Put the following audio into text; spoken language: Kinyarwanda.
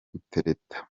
gutereta